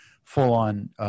full-on